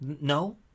no